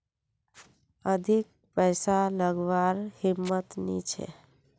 अधिक पैसा लागवार हिम्मत नी छे